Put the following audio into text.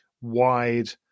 wide